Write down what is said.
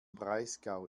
breisgau